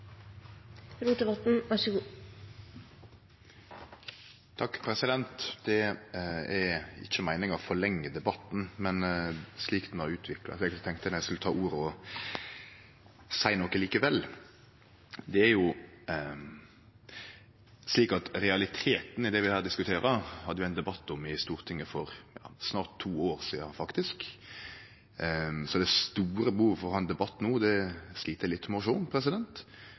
Det er ikkje meininga å forlengje debatten, men slik han har utvikla seg, tenkte eg å ta ordet og seie noko likevel. Realiteten i det vi her diskuterer, hadde vi ein debatt om i Stortinget for snart to år sidan, så at det er eit stort behov for å ha ein debatt no, slit eg litt med å sjå.